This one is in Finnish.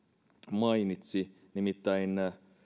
mainitsi nimittäin